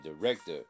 director